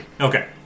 Okay